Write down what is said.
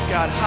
God